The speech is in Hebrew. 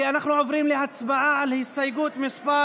אנחנו עוברים להצבעה על הסתייגות מס'